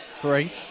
Three